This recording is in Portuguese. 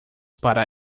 para